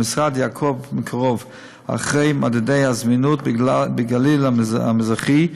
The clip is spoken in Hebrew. המשרד יעקוב מקרוב אחרי מדדי הזמניות בגליל המזרחי,